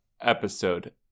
episode